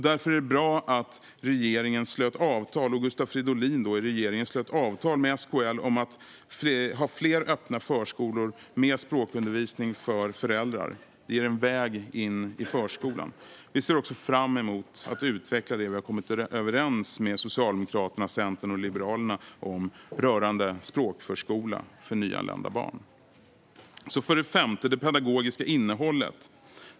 Därför var det bra att Gustav Fridolin i regeringen slöt avtal med SKL om att ha fler öppna förskolor med språkundervisning för föräldrar. Det ger en väg in i förskolan. Vi ser också fram emot att utveckla det vi har kommit överens med Socialdemokraterna, Centern och Liberalerna om rörande språkförskola för nyanlända barn. För det femte handlar det om det pedagogiska innehållet.